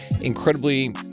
incredibly